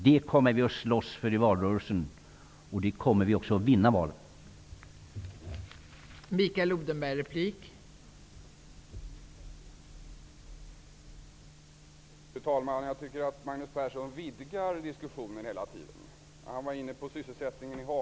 Vi kommer att slåss för vår politik i valrörelsen, och det kommer vi också att vinna valet på.